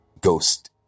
ghost